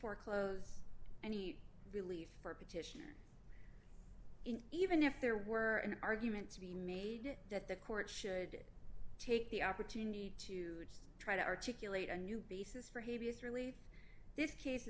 foreclose any relief for a petition in even if there were an argument to be made that the court should take the opportunity to try to articulate a new basis for haiti is really this case